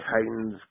Titans